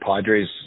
Padres